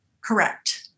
Correct